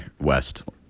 west